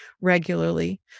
regularly